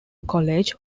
college